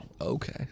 Okay